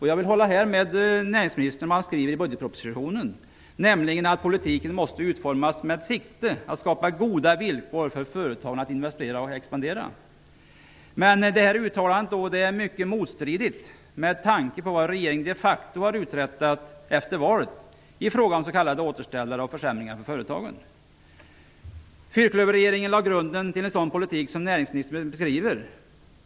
Jag vill hålla med näringsministern om vad han skriver i budgetpropositionen, nämligen att politiken måste utformas med sikte på att skapa goda villkor för företagen att investera och expandera. Men detta uttalande är mycket motstridigt, med tanke på vad regeringen de facto har uträttat efter valet i fråga om s.k. återställare och försämringar för företagen. Fyrklöverregeringen lade grunden till en sådan politik som näringsministern beskriver.